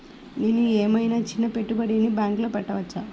నేను ఏమయినా చిన్న పెట్టుబడిని బ్యాంక్లో పెట్టచ్చా?